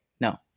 No